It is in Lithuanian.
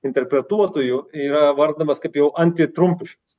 interpretuotojų yra vardinamas kaip jau antitrumpiškas